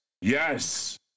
yes